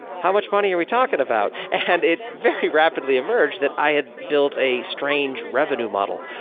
how much money are we talking about? and it very rapidly emerged that i had built a strange revenue model.